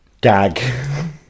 gag